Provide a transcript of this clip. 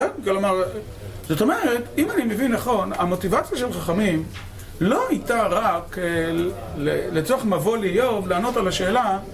כלומר, זאת אומרת, אם אני מבין נכון, המוטיבציה של החכמים לא הייתה רק לצורך מבוא לאיוב לענות על השאלה